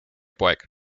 poeg